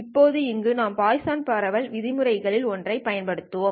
இப்போது இங்கே நாம் பாய்சான் பரவல் விதிமுறைகளில் ஒன்றைப் பயன்படுத்துவோம்